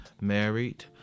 married